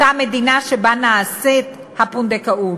אותה מדינה שבה נעשית הפונדקאות,